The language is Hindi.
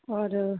और